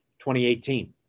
2018